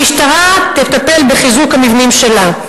המשטרה תטפל בחיזוק המבנים שלה,